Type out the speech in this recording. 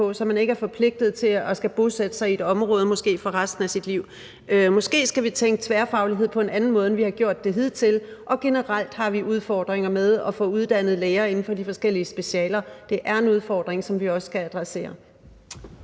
så man ikke er forpligtet til at skulle bosætte sig i et område for måske resten af sit liv. Måske skal vi tænke tværfaglighed på en anden måde, end vi har gjort det hidtil. Og generelt har vi udfordringer med at få uddannet læger inden for de forskellige specialer. Det er en udfordring, som vi også skal adressere.